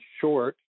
short